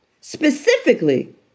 Specifically